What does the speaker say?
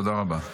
תודה רבה.